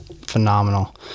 phenomenal